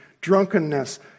drunkenness